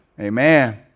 Amen